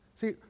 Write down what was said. See